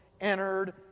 entered